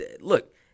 Look